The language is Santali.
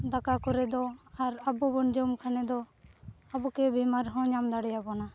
ᱫᱟᱠᱟ ᱠᱚᱨᱮᱫᱚ ᱟᱨ ᱟᱵᱚᱵᱚᱱ ᱡᱚᱢ ᱠᱷᱟᱱᱫᱚ ᱟᱵᱚᱜᱮ ᱵᱤᱢᱟᱨᱦᱚᱸ ᱧᱟᱢ ᱫᱟᱲᱮᱭᱟᱵᱚᱱᱟ